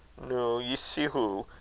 noo, ye see hoo,